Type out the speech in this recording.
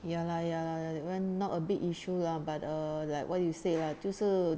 ya lah ya lah that [one] not a big issue lah but err like what you say lah 就是